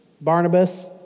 Barnabas